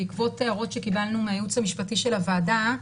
בעקבות הערות שקיבלנו מהייעוץ המשפטי של הוועדה,